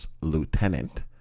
lieutenant